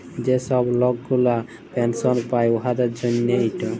যে ছব লক গুলা পেলসল পায় উয়াদের জ্যনহে ইট